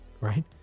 right